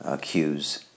cues